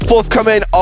Forthcoming